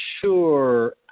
sure